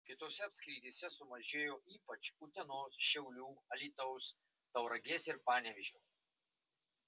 kitose apskrityse sumažėjo ypač utenos šiaulių alytaus tauragės ir panevėžio